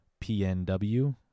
PNW